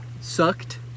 sucked